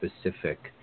specific